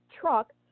truck